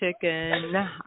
chicken